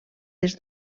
des